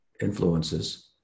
influences